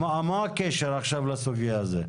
מה הקשר לסוגיה הזאת?